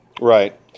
Right